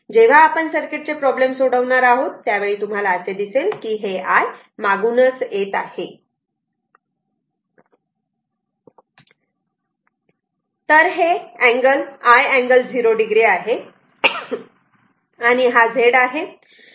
जेव्हा आपण सर्किट चे प्रॉब्लेम सोडवणार आहोत त्यावेळी तुम्हाला असे दिसेल की हे I मागूनच येत आहे तर हे i अँगल 0 o आहे आणि हा Z आहे